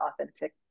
authentic